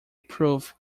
proof